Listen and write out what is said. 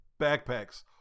Backpacks